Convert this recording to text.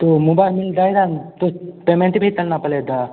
तो मोबाइल मिलता है ना तो पेमेन्ट भी करना पड़ेगा